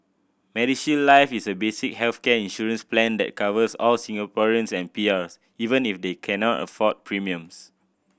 MediShield Life is a basic healthcare insurance plan that covers all Singaporeans and PRs even if they cannot afford premiums